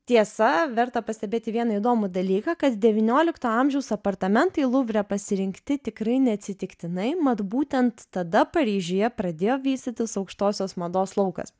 tiesa verta pastebėti vieną įdomų dalyką kad devyniolikto amžiaus apartamentai luvre pasirinkti tikrai neatsitiktinai mat būtent tada paryžiuje pradėjo vystytis aukštosios mados laukas